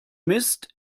mist